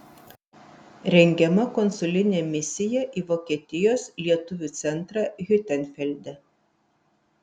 rengiama konsulinė misiją į vokietijos lietuvių centrą hiutenfelde